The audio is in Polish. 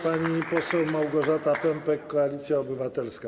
Pani poseł Małgorzata Pępek, Koalicja Obywatelska.